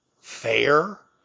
fair